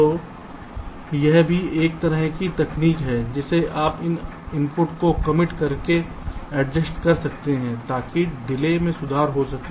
तो यह भी एक तरह की तकनीक है जिसमें आप इन इनपुट्स को कमिट करके एडजस्ट कर सकते हैं ताकि डिले में सुधार हो सके